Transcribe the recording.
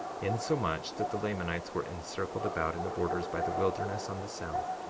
insomuch that the lamanites were encircled about in the borders by the wilderness on the south,